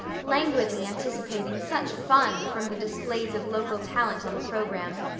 languidly anticipating such fun from the displays of local talent on the program.